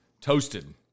toasted